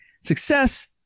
success